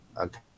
Okay